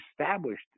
established